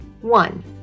One